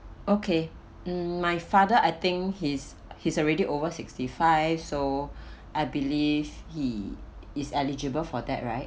okay my father I think he's he's already over sixty five so I believe he is eligible for that right